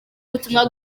ubutumwa